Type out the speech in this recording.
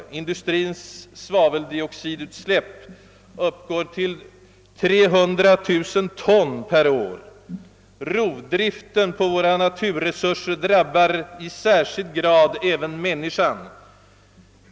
Industrins svaveldioxidutsläpp uppgår — för att nämna ett exempel — till 300 000 ton per år. Rovdriften på våra naturresurser drabbar i särskild grad även människan.